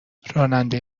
راننده